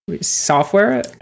software